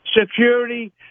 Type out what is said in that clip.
security